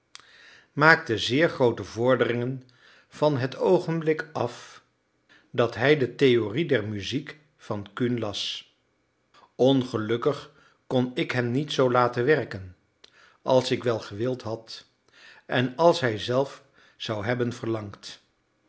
maakte zeer groote vorderingen van het oogenblik af dat hij de theorie der muziek van kuhn las ongelukkig kon ik hem niet zoo laten werken als ik wel gewild had en als hij zelf zou hebben verlangd